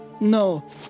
No